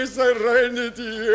serenity